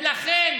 ולכן,